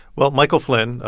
well, michael flynn,